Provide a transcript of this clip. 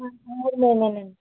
మేమే అండి